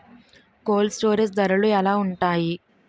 Cold storage ధరలు ఎలా ఉంటాయి?